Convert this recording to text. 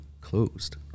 closed